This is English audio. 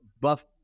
buff